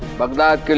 baghdad